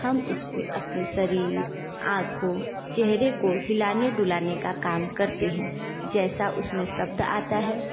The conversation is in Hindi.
हम उस पर अपने शरीर आँखों चेहरे को हिलाने डुलाने का काम करते हैं जैसा उस में शब्द आता है